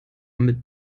mit